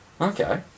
Okay